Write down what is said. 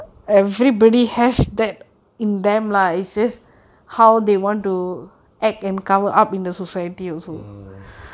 mm